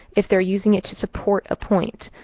if they're using it to support a point.